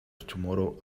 tomorrow